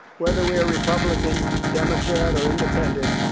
whether we are republican, democrat, or independent,